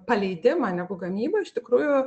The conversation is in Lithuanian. paleidimą negu gamybą iš tikrųjų